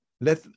Let